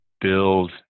build